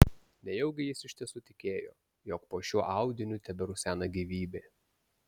nejaugi jis iš tiesų tikėjo jog po šiuo audiniu teberusena gyvybė